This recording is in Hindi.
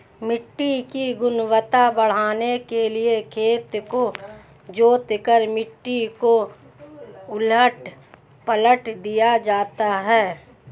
मिट्टी की गुणवत्ता बढ़ाने के लिए खेत को जोतकर मिट्टी को उलट पलट दिया जाता है